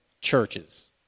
churches